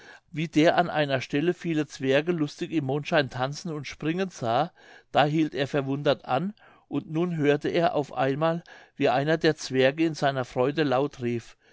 wie der an einer stelle viele zwerge lustig im mondschein tanzen und springen sah da hielt er verwundert an und nun hörte er auf einmal wie einer der zwerge in seiner freude laut rief